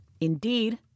Indeed